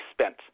spent